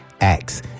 acts